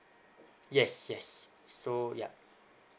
yes yes so ya